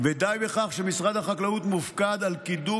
ודי בכך שמשרד החקלאות מופקד על קידום